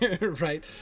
Right